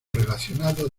relacionado